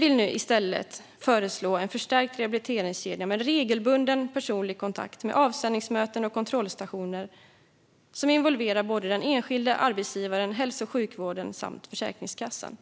Vi föreslår därför en förstärkt rehabiliteringskedja med regelbunden personlig kontakt, med avstämningsmöten och med kontrollstationer som involverar både den enskilde, arbetsgivaren, hälso och sjukvården samt Försäkringskassan.